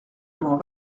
m’en